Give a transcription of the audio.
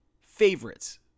favorites